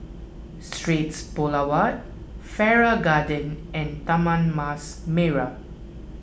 Straits Boulevard Farrer Garden and Taman Mas Merah